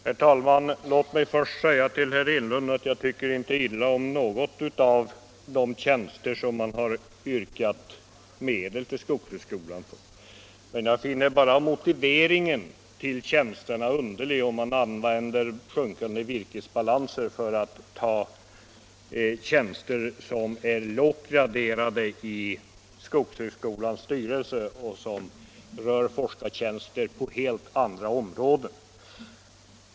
Herr talman! Låt mig först säga till herr Enlund att jag inte tycker illa om någon av de tjänster vid skogshögskolan som man yrkat medel för. Jag finner bara motiveringen för tjänsterna vara underlig. Man anför försämrade virkesbalanser som argument för tjänster som är lågt prioriterade av skogshögskolans styrelse men som rör forskning på helt andra områden.